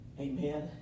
Amen